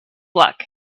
luck